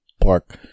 park